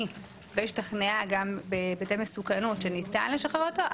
והשתכנעה גם בהיבטי מסוכנות שניתן לשחרר אותו,